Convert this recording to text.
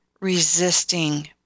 resisting